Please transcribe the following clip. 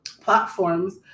platforms